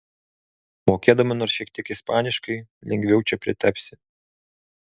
mokėdama nors šiek tiek ispaniškai lengviau čia pritapsi